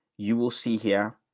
you will see here.